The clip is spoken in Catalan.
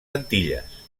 antilles